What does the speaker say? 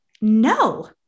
No